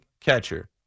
catcher